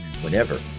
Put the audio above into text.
whenever